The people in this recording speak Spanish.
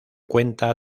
cuenta